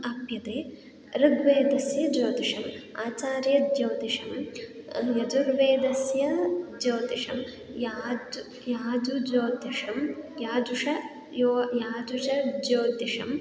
आप्यते ऋग्वेदस्य ज्योतिषम् आचार्यज्योतिषं यजुर्वेदस्य ज्योतिषं याज् याजुज्योतिषं याजुषं यो याजुषज्योतिषम्